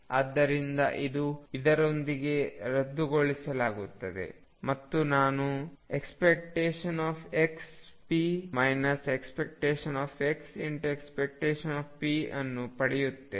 ಆದ್ದರಿಂದ ಇದು ಇದರೊಂದಿಗೆ ರದ್ದುಗೊಳಿಸಲಾಗುತ್ತದೆ ಮತ್ತು ನಾನು ⟨xp⟩ ⟨x⟩⟨p⟩ ಅನ್ನು ಪಡೆಯುತ್ತೇನೆ